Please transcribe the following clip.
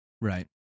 Right